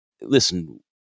listen